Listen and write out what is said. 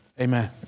Amen